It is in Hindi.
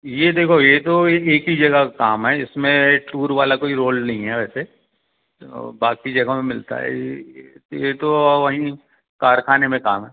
ये देखो ये तो एक ही जगह का काम है इसमें टूर वाला कोई रोल नहीं है वैसे बाकी जगहों में मिलता है ये तो वहीं कारखाने में काम है